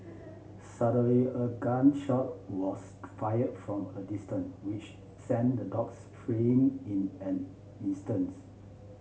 suddenly a gun shot was fired from a distance which sent the dogs fleeing in an instant